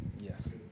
Yes